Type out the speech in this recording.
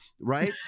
right